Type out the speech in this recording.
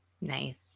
Nice